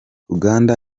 uganda